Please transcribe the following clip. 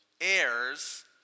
heirs